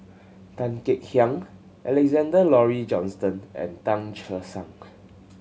Tan Kek Hiang Alexander Laurie Johnston and Tan Che Sang